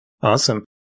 Awesome